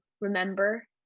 remember